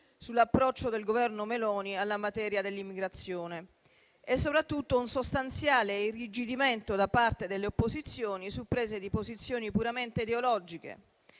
sull'approccio del Governo Meloni alla materia dell'immigrazione e soprattutto un sostanziale irrigidimento da parte delle opposizioni su prese di posizione puramente ideologiche,